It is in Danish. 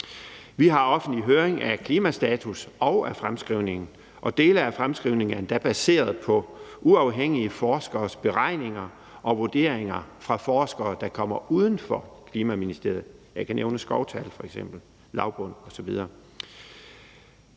Vi har en offentlig høring af klimastatus og klimafremskrivningen, og dele af fremskrivningen er endda baseret på uafhængige forskeres beregninger og vurderinger, forskere, der er uden for Klima-, Energi- og Forsyningsministeriet. Det er f.eks.